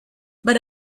but